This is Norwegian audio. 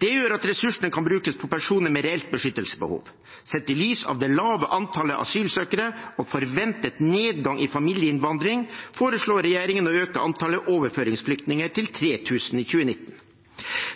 Det gjør at ressursene kan brukes på personer med reelt beskyttelsesbehov. Sett i lys av det lave antallet asylsøkere og forventet nedgang i familieinnvandring foreslår regjeringen å øke antallet overføringsflyktninger til 3 000 i 2019.